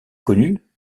connu